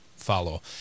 follow